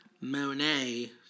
Monet